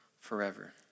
forever